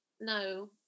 no